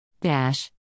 Dash